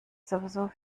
sowieso